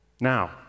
Now